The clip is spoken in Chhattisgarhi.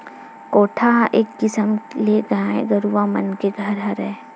कोठा ह एक किसम ले गाय गरुवा मन के घर हरय